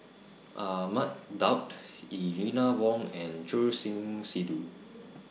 Ahmad Daud Eleanor Wong and Choor Singh Sidhu